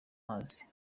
mazi